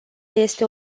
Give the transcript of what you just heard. este